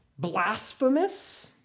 blasphemous